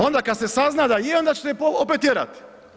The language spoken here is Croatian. Onda kada se sazna da je onda ćete je opet tjerat.